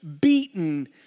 beaten